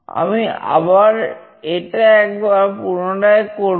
আমি আবার এটা একবার পুনরায় করব